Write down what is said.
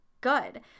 good